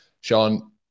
Sean